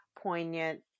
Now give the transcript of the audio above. poignant